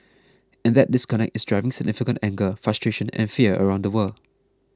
and that disconnect is driving significant anger frustration and fear around the world